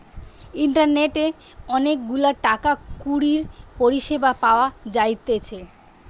ইন্টারনেটে অনেক গুলা টাকা কড়ির পরিষেবা পাওয়া যাইতেছে